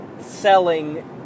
selling